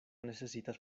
necesitas